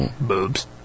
Boobs